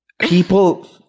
People